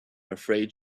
afraid